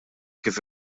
kif